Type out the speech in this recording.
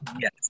Yes